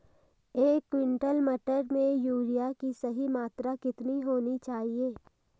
एक क्विंटल मटर में यूरिया की सही मात्रा कितनी होनी चाहिए?